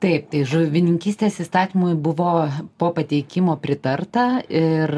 taip tai žuvininkystės įstatymui buvo po pateikimo pritarta ir